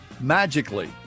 Magically